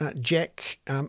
Jack